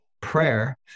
prayer